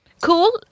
Cool